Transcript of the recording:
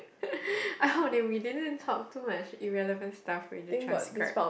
I hope that we didn't talk too much it relevant stuff when they transcribe